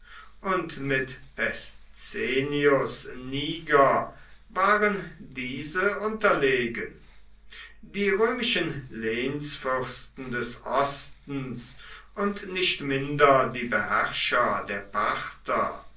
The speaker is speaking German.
und mit pescennius niger waren diese unterlegen die römischen lehnsfürsten des ostens und nicht minder der beherrscher der parther